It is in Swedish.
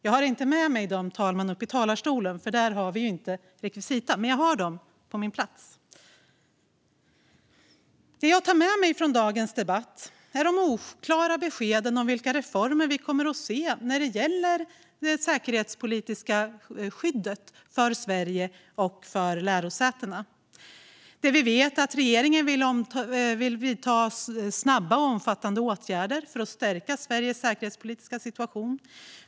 Jag har inte med mig dem upp i talarstolen, fru talman, för här får vi inte ha rekvisita. Men jag har dem på min plats. Det jag tar med mig från dagens debatt är de oklara beskeden om vilka reformer som kommer att ske när det gäller det säkerhetspolitiska skyddet för Sverige och för lärosätena. Vi vet att regeringen vill vidta snabba och omfattande åtgärder för att stärka Sveriges säkerhetspolitiska situation.